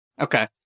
Okay